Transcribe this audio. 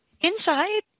inside